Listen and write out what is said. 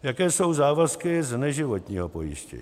Jaké jsou závazky z neživotního pojištění: